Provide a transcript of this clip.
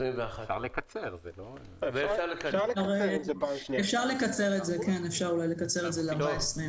אפשר אולי לקצר את זה ל-14 יום.